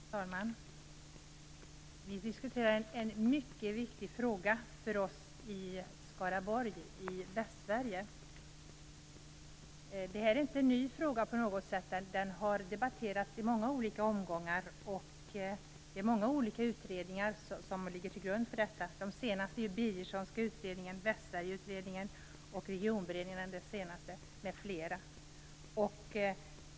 Herr talman! Vi diskuterar en mycket viktig fråga för oss i Skaraborg i Västsverige. Det är inte på något sätt en ny fråga, utan den har debatterats i många olika omgångar. Många olika utredningar ligger till grund för den. De senaste är den birgerssonska utredningen, Västsverigeutredningen och Regionberedningen m.fl.